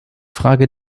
frage